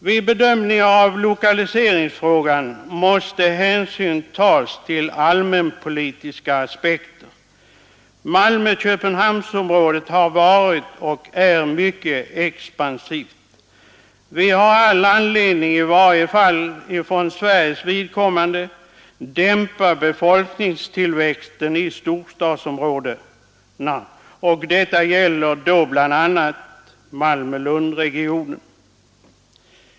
Vid bedömningar av lokaliseringsfrågan måste hänsyn tas till allmänpolitiska aspekter. Malmö-Köpenhamnsområdet har varit och är mycket expansivt. Vi har all anledning att för Sveriges vidkommande dämpa befolkningstillväxten i storstadsområdena. Detta gäller då bl.a. Malmö Lundregionen.